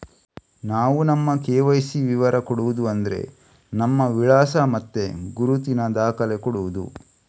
ನಾವು ನಮ್ಮ ಕೆ.ವೈ.ಸಿ ವಿವರ ಕೊಡುದು ಅಂದ್ರೆ ನಮ್ಮ ವಿಳಾಸ ಮತ್ತೆ ಗುರುತಿನ ದಾಖಲೆ ಕೊಡುದು